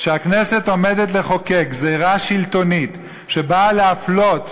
שהכנסת עומדת לחוקק גזירה שלטונית שבאה להפלות